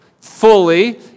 fully